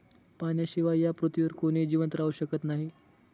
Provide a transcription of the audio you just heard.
पाण्याशिवाय या पृथ्वीवर कोणीही जिवंत राहू शकत नाही